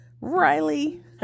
Riley